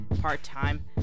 part-time